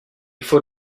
faut